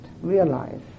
realize